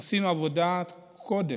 עושים באמת עבודת קודש,